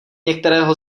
některého